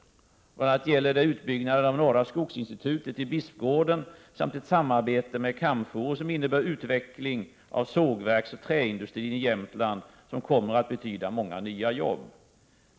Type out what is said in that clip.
BI. a. gäller det utbyggnaden av Norra Skogsinstitutet i Bispgården samt ett samarbete med Camfore som innebär utveckling av sågverksoch träindustrin i Jämtland och som kommer att betyda många nya jobb.